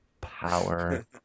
power